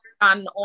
on